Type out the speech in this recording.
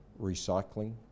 recycling